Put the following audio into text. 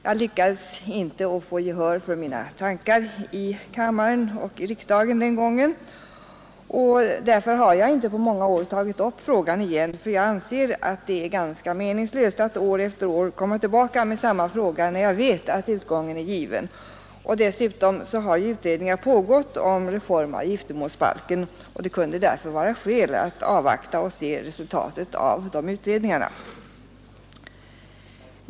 Jag lyckades inte få gehör för mina tankar i riksdagen då och har därför inte på många år tagit upp frågan igen, för jag anser det ganska meningslöst att år efter år komma tillbaka med samma fråga när jag vet att utgången är given. Dessutom har ju utredningar pågått om reform av giftermålsbalken, och det kunde vara skäl att avvakta och se resultatet av de utredningarna.